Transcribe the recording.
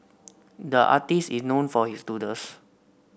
the artist is known for his doodles